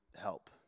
help